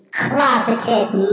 closeted